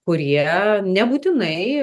kurie nebūtinai